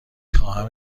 خواهم